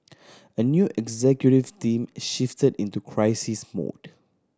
a new executive team shifted into crisis mode